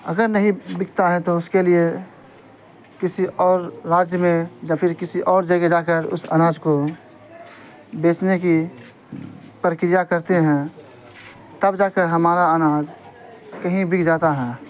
اگر نہیں بکتا ہے تو اس کے لیے کسی اور راجیہ میں یا پھر کسی اور جگہ جا کر اس اناج کو بیچنے کی پرکریا کرتے ہیں تب جا کر ہمارا اناج کہیں بک جاتا ہے